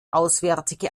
auswärtige